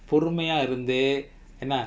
பொறுமயா இருந்து என்னா: porumaya irunthu ennaa